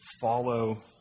follow